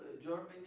Germany